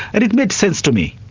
and it made sense to me.